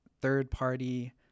third-party